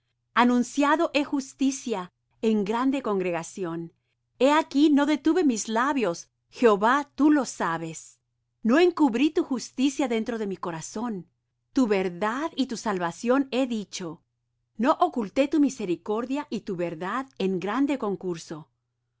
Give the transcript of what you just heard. anunciado he justicia en grande congregación he aquí no detuve mis labios jehová tú lo sabes no encubrí tu justicia dentro de mi corazón tu verdad y tu salvación he dicho no oculté tu misericordia y tu verdad en grande concurso tú